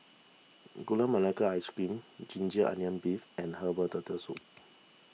Gula Melaka Ice Cream Ginger Onions Beef and Herbal Turtle Soup